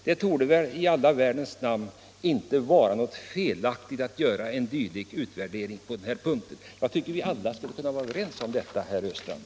Det kan väl i all världens namn inte vara något felaktigt att göra en dylik utvärdering på den här punkten. Jag tycker att vi alla skulle kunna vara överens om det, herr Östrand.